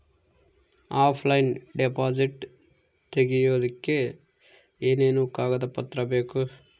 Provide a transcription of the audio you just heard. Offline deposit ತೆಗಿಯೋದಕ್ಕೆ ಏನೇನು ಕಾಗದ ಪತ್ರ ಬೇಕು?